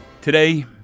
Today